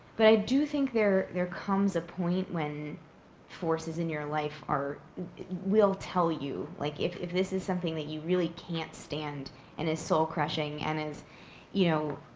but i do think there there comes a point when forces in your life are will tell you. like, if if this is something that you really can't stand and is soul crushing and is you know